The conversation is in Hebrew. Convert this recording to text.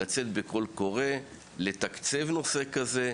לצאת בקול קורא ולתקצב נושא כזה,